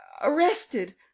arrested